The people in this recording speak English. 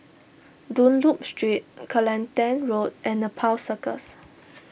Dunlop Street Kelantan Road and Nepal Circus